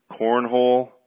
Cornhole